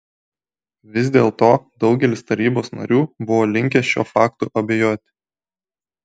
vis dėlto daugelis tarybos narių buvo linkę šiuo faktu abejoti